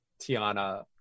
Tiana